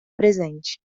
presente